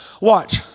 Watch